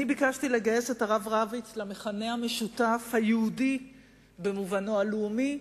אני ביקשתי לגייס את הרב רביץ למכנה המשותף היהודי במובנו הלאומי,